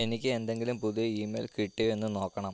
എനിക്ക് എന്തെങ്കിലും പുതിയ ഇമെയിൽ കിട്ടിയോ എന്ന് നോക്കണം